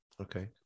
Okay